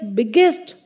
biggest